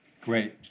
Great